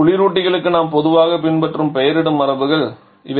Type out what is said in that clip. குளிரூட்டிகளுக்கு நாம் பொதுவாக பின்பற்றும் பெயரிடும் மரபுகள் இவை